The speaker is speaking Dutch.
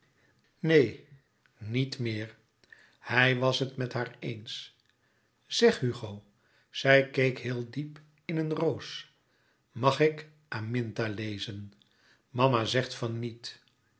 neen niet meer hij was het met haar eens zeg hugo zij keek heel diep in een roos mag ik aminta lezen mama zegt van niet